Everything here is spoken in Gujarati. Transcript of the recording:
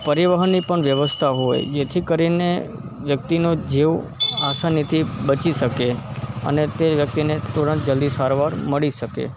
પરિવહનની પણ વ્યવસ્થા હોય જેથી કરીને વ્યક્તિનો જીવ આસાનીથી બચી શકે અને તે વ્યક્તિને તુરંત જલ્દી સારવાર મળી શકે